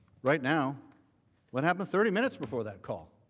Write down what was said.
right now what happened thirty minutes before that call